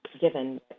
given